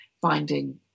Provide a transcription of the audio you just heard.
finding